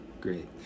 Great